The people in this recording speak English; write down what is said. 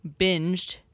binged